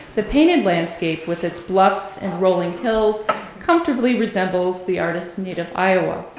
the painted landscape with its bluffs and rolling hills comfortably resembles the artist's native iowa,